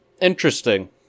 Interesting